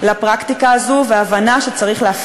לפני שאנחנו צרכנים,